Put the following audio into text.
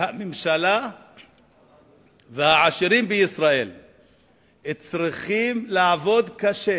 שהממשלה והעשירים בישראל צריכים לעבוד קשה